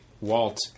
Walt